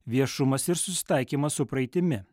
viešumas ir susitaikymas su praeitimi